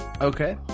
Okay